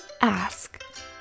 ask